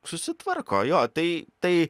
susitvarko jo tai tai